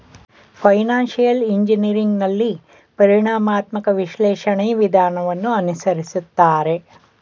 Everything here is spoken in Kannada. ಫೈನಾನ್ಸಿಯಲ್ ಇಂಜಿನಿಯರಿಂಗ್ ನಲ್ಲಿ ಪರಿಣಾಮಾತ್ಮಕ ವಿಶ್ಲೇಷಣೆ ವಿಧಾನವನ್ನು ಅನುಸರಿಸುತ್ತಾರೆ